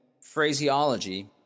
phraseology